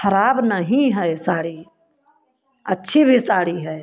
खराब नहीं है साड़ी अच्छी भी साड़ी है